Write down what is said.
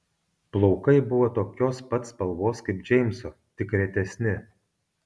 plaukai buvo tokios pat spalvos kaip džeimso tik retesni